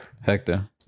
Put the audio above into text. hector